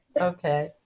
okay